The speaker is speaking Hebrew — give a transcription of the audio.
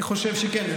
אני חושב שכן.